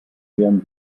bmw